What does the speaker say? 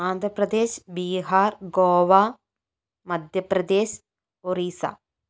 Andhra Pradesh Bihar Goa Madhya Pradesh Orissa